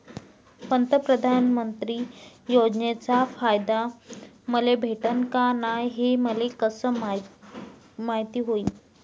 प्रधानमंत्री योजनेचा फायदा मले भेटनं का नाय, हे मले कस मायती होईन?